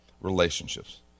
relationships